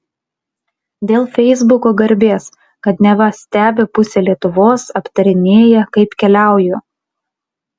dėl feisbuko garbės kad neva stebi pusė lietuvos aptarinėja kaip keliauju